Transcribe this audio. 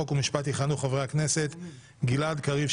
חוק ומשפט יכהנו חברי הכנסת: גלעד קריב,